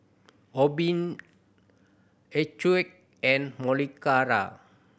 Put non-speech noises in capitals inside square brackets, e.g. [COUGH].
Obimin [UNINTELLIGIBLE] and [UNINTELLIGIBLE]